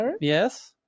yes